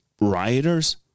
rioters